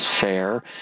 fair